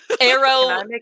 Arrow